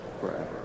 forever